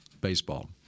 baseball